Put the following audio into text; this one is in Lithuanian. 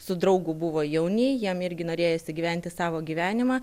su draugu buvo jauni jiem irgi norėjosi gyventi savo gyvenimą